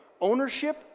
ownership